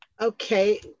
Okay